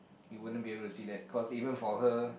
you won't be able to see that cause even for her